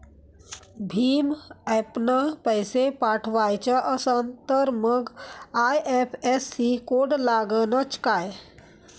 भीम ॲपनं पैसे पाठवायचा असन तर मंग आय.एफ.एस.सी कोड लागनच काय?